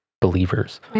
believers